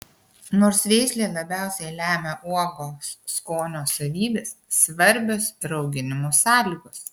nors veislė labiausiai lemia uogos skonio savybes svarbios ir auginimo sąlygos